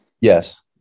yes